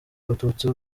abatutsi